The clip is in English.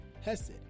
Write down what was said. HESED